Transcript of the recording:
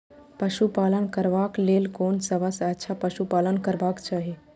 पशु पालन करबाक लेल कोन सबसँ अच्छा पशु पालन करबाक चाही?